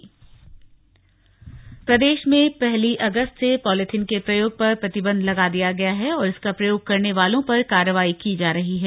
अर्थदण्ड प्रदेश में पहली अगस्त से पॉलिथीन के प्रयोग पर प्रतिबंध लगा दिया गया है और इसका प्रयोग करने वालों पर कार्रवाई की जा रही है